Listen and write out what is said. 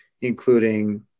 including